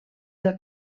del